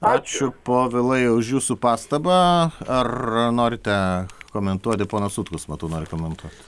ačiū povilai už jūsų pastabą ar norite komentuoti ponas sutkus matau nori komentuot